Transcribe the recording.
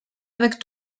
avec